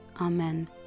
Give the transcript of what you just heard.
Amen